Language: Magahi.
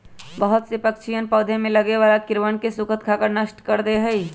बहुत से पक्षीअन पौधवन में लगे वाला कीड़वन के स्खुद खाकर नष्ट कर दे हई